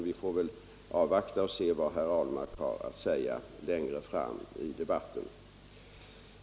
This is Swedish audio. Vi får väl avvakta och höra vad herr Ahlmark har att säga längre fram i debatten.